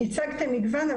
הצגתם מגוון,